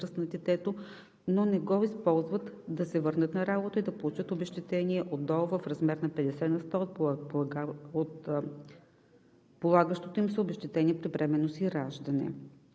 но не го използват, да се върнат на работа и да получават обезщетение от ДОО в размер 50 на сто от полагащото им се обезщетение при бременност и раждане;